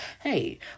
Hey